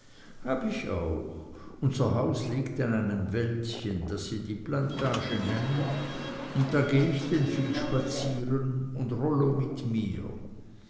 hab ich auch unser haus liegt an einem wäldchen das sie die plantage nennen und da geh ich denn viel spazieren und rollo mit mir